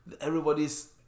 Everybody's